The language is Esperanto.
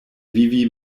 vivi